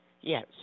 Yes